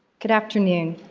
good afternoon.